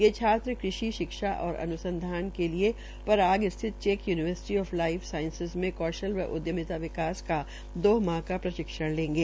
ये छात्र कृषि शिक्षा और अन्संधान के लिये पराग स्थित चेक यूनिवर्सिटी ऑफ लाइफ साइसंस मे कौशल व उद्यमिता विकास का दो माह का प्रशिक्षण लेंगे